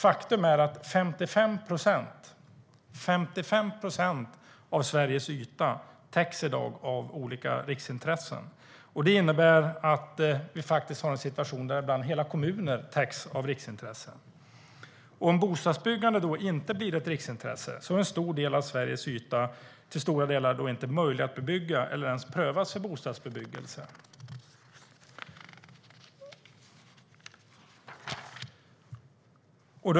Faktum är att 55 procent av Sveriges yta i dag täcks av olika riksintressen. Det innebär att det faktiskt finns en situation där ibland hela kommuner täcks av riksintressen. Om bostadsbyggande då inte blir ett riksintresse är det över stora delar av Sveriges yta inte möjligt att bygga eller ens pröva frågan om för bostadsbebyggelse.